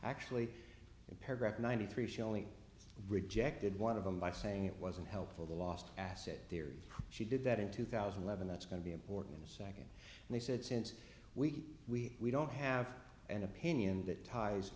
actually in paragraph ninety three she only rejected one of them by saying it wasn't helpful the last asset theory she did that in two thousand levon that's going to be important in a second and they said since we we we don't have an opinion that ties